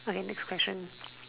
okay next question